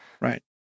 Right